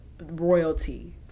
royalty